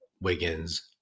Wiggins